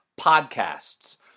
podcasts